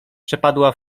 przepadła